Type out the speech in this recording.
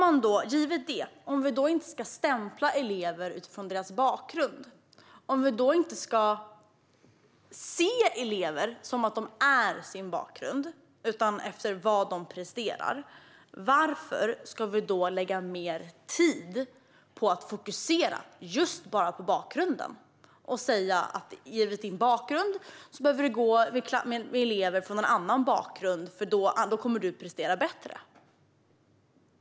Om vi, givet detta, inte ska stämpla elever utifrån deras bakgrund och inte ska se dem som att de är sin bakgrund utan se dem efter vad de presterar, varför ska vi lägga mer tid på att fokusera på just bakgrunden? Varför ska vi säga till en elev att den, givet elevens bakgrund, behöver gå i skolan med elever från en annan bakgrund eftersom eleven då kommer att prestera bättre?